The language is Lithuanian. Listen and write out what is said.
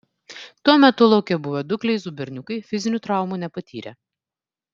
tuo metu lauke buvę du kleizų berniukai fizinių traumų nepatyrė